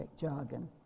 jargon